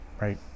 right